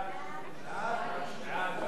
ההצעה להעביר